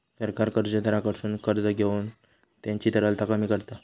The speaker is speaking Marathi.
सरकार कर्जदाराकडसून कर्ज घेऊन त्यांची तरलता कमी करता